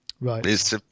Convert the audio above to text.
Right